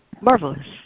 Marvelous